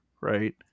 right